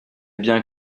bien